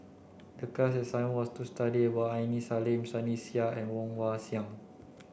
the class assignment was to study about Aini Salim Sunny Sia and Woon Wah Siang